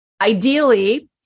ideally